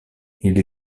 ili